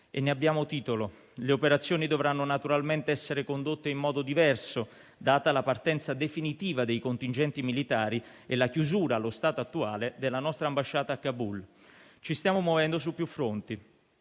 e ne abbiano titolo. Le operazioni dovranno naturalmente essere condotte in modo diverso, data la partenza definitiva dei contingenti militari e la chiusura allo stato attuale della nostra ambasciata a Kabul. Ci stiamo muovendo su più fronti: